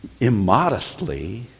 immodestly